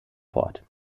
fort